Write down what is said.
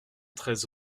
treize